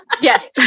Yes